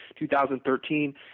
2013